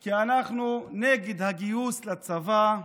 כי אנחנו נגד הגיוס לצבא,